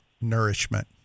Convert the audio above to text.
nourishment